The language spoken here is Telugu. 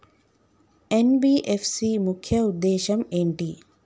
ఎన్.బి.ఎఫ్.సి ముఖ్య ఉద్దేశం ఏంటి?